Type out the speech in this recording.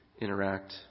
interact